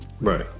Right